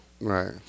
Right